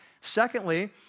Secondly